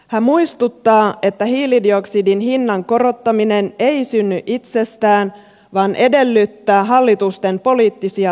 hän muistuttaa että hiilidioksidin hinnan korottaminen ei synny itsestään vaan edellyttää hallitusten poliittisia päätöksiä